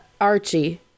Archie